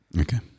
Okay